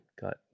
got